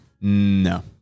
No